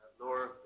Laura